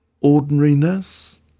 ordinariness